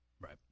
Right